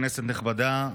כנסת נכבדה,